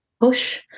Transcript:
push